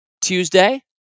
Tuesday